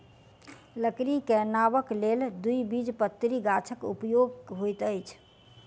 लकड़ी के नावक लेल द्विबीजपत्री गाछक उपयोग होइत अछि